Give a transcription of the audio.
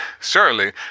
surely